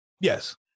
Yes